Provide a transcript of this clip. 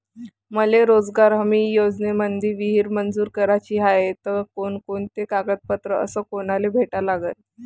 मले रोजगार हमी योजनेमंदी विहीर मंजूर कराची हाये त कोनकोनते कागदपत्र अस कोनाले भेटा लागन?